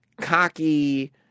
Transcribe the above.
cocky